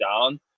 down